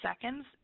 seconds